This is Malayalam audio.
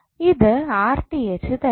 ഇത് തരും